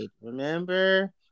remember